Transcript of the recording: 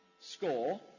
score